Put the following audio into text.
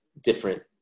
different